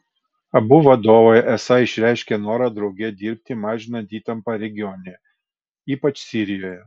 abu vadovai esą išreiškė norą drauge dirbti mažinant įtampą regione ypač sirijoje